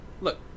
look